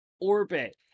orbit